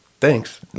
Thanks